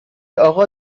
اقا